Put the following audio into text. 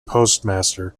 postmaster